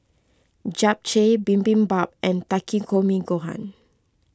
Japchae Bibimbap and Takikomi Gohan